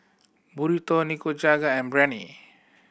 Burrito Nikujaga and Biryani